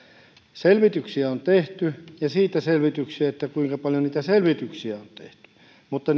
selvityksiä on tehty ja selvityksiä siitä kuinka paljon niitä selvityksiä on tehty mutta